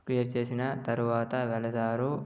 clear చేసిన తర్వాత వెళతారు